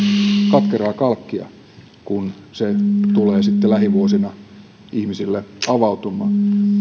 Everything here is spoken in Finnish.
katkeraa kalkkia kun se tulee sitten lähivuosina ihmisille avautumaan